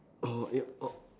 oh it oh